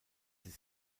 ist